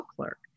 clerk